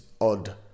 odd